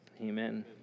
amen